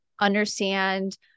understand